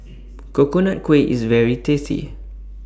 Coconut Kuih IS very tasty